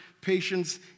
patience